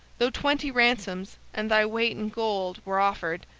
though twenty ransoms and thy weight in gold were offered,